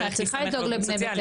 את עושה את זה לבני ביתך,